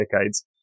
decades